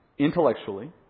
intellectually